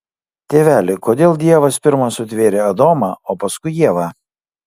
tėveli kodėl dievas pirma sutvėrė adomą o paskui ievą